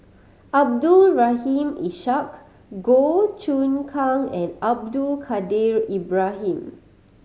Abdul Rahim Ishak Goh Choon Kang and Abdul Kadir Ibrahim